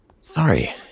Sorry